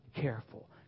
careful